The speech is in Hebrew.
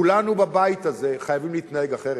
כולנו בבית הזה חייבים להתנהג אחרת.